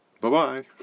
Bye-bye